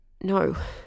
No